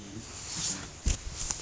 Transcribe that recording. like like seven dollars more lor